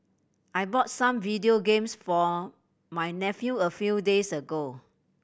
I bought some video games for my nephew a few days ago